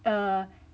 err